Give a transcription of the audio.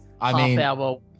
half-hour